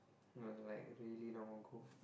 it was like really no go